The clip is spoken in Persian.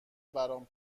برام